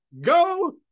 Go